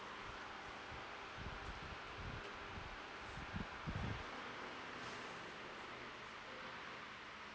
mm